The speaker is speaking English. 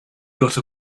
got